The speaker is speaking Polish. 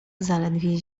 zaledwie